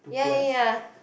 ya ya ya